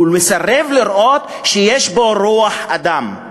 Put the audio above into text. הוא מסרב לראות שיש בו רוח אדם,